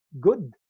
good